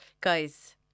Guys